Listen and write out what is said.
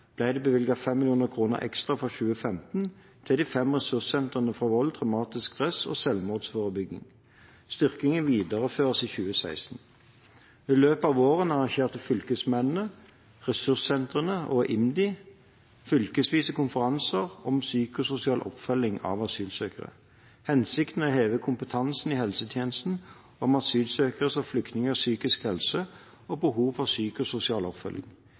det bevilget 5 mill. kr ekstra for 2015 til de fem ressurssentrene for vold, traumatisk stress og selvmordsforebygging. Styrkingen videreføres i 2016. I løpet av våren arrangerer fylkesmennene, ressurssentrene og IMDi fylkesvise konferanser om psykososial oppfølging av asylsøkere. Hensikten er å heve kompetansen i helsetjenesten om asylsøkeres og flyktningers psykiske helse og behov for